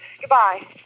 Goodbye